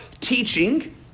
teaching